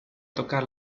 tocar